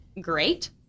great